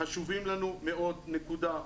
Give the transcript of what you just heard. חשובים לנו מאוד, נקודה.